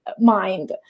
mind